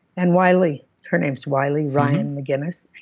and wiley, her names wiley ryan mcginnis.